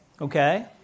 okay